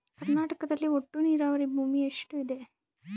ಕರ್ನಾಟಕದಲ್ಲಿ ಒಟ್ಟು ನೇರಾವರಿ ಭೂಮಿ ಎಷ್ಟು ಇದೆ?